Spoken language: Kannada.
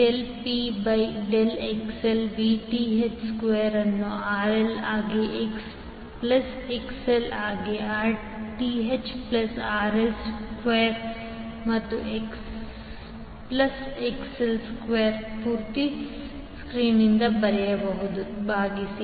Del P by del XL Vth square ಅನ್ನು RL ಆಗಿ ಎಕ್ಸ್ತ್ ಪ್ಲಸ್ XL ಆಗಿ Rth ಪ್ಲಸ್ RL ಸ್ಕ್ವೇರ್ ಮತ್ತು ಎಕ್ಸ್ತ್ ಪ್ಲಸ್ XL ಸ್ಕ್ವೇರ್ ಪೂರ್ತಿ ಸ್ಕ್ವೇರ್ನಿಂದ ಭಾಗಿಸಿದೆ